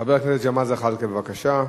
חבר הכנסת ג'מאל זחאלקה, בבקשה.